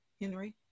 Henry